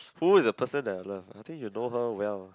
who is a person that I love I think you know her well